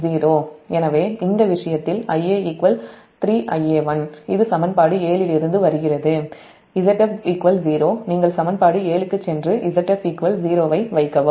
எனவே இந்த விஷயத்தில் Ia 3Ia1 இது சமன்பாடு 7 இலிருந்து வருகிறது Zf 0 நீங்கள் சமன்பாடு 7 க்குச் சென்று Zf 0 ஐ வைக்கவும்